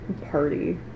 party